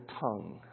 tongue